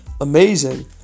amazing